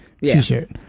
t-shirt